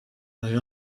they